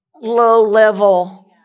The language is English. low-level